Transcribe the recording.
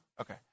Okay